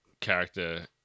character